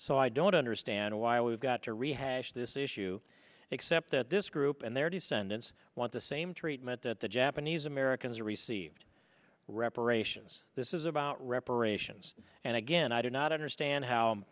so i don't understand why we've got to rehash this issue except that this group and their descendants want the same treatment that the japanese americans received reparations this is about reparations and again i do not understand how